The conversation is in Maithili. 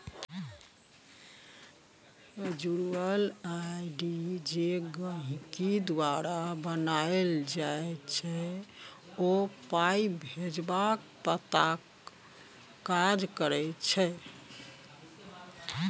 बर्चुअल आइ.डी जे गहिंकी द्वारा बनाएल जाइ छै ओ पाइ भेजबाक पताक काज करै छै